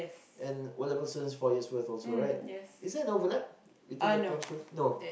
and O-level students four years worth also right is that over that between the primary school no